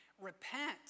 Repent